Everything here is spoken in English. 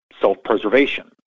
self-preservation